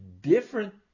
different